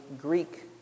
Greek